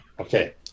Okay